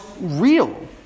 real